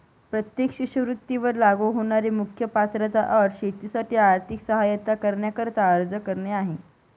प्रत्येक शिष्यवृत्ती वर लागू होणारी मुख्य पात्रता अट शेतीसाठी आर्थिक सहाय्यता करण्याकरिता अर्ज करणे आहे